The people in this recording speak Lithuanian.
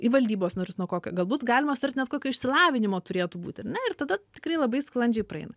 į valdybos narius nuo kokio galbūt galima sutart net kokio išsilavinimo turėtų būti ar ne ir tada tikrai labai sklandžiai praeina